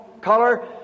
color